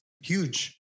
huge